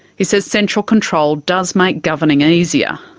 he says central control does make governing and easier.